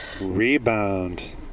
Rebound